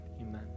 amen